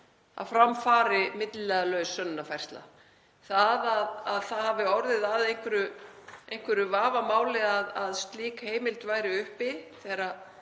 að fram fari milliliðalaus sönnunarfærsla. Að það hafi orðið að einhverju vafamáli að slík heimild væri uppi